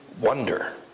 wonder